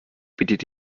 bietet